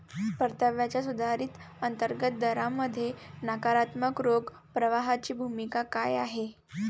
परताव्याच्या सुधारित अंतर्गत दरामध्ये नकारात्मक रोख प्रवाहाची भूमिका काय आहे?